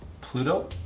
Pluto